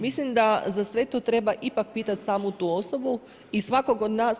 Mislim da za sve to treba ipak pitati samu tu osobu i svakog od nas.